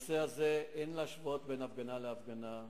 אין להשוות בין הפגנה להפגנה,